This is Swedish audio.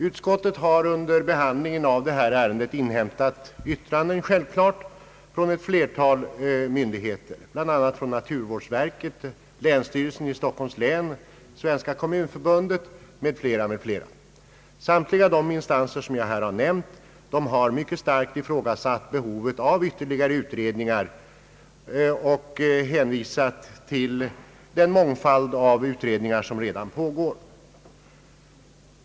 Utskottet har självklart under behandlingen av detta ärende inhämtat yttranden från naturvårdsverket, länsstyrelsen i Stockholms län, Svenska kommunförbundet m.fl. Samtliga de instanser som jag här nämnt har mycket starkt ifrågasatt behovet av ytterligare utredningar och hänvisat till den mängd utredningar som redan pågår på detta område.